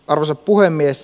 arvoisa puhemies